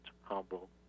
humble